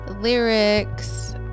lyrics